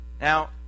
Now